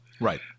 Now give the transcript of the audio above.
Right